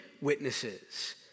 witnesses